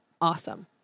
awesome